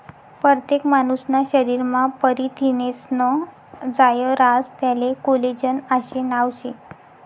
परतेक मानूसना शरीरमा परथिनेस्नं जायं रास त्याले कोलेजन आशे नाव शे